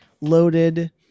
loaded